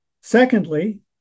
Secondly